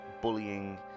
bullying